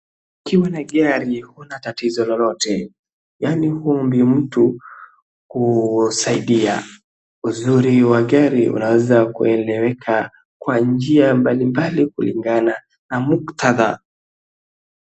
Ukiwa na gari huna tatizo lolote, yaani huombi mtu kusaidia. Uzuri wa gari unaweza kueleweka kwa njia mbali mbali kulingana na muktadha.